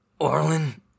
Orlin